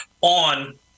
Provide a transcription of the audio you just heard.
on